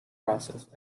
process